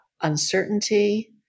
uncertainty